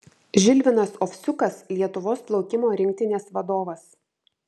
žilvinas ovsiukas lietuvos plaukimo rinktinės vadovas